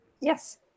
Yes